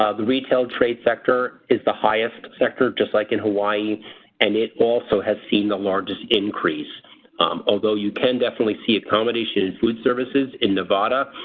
ah the retail trade sector is the highest sector just like in hawaii and it also has seen the largest increase although you can definitely see accommodation and food services in nevada